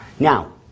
Now